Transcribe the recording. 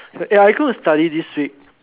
ya I go to study this week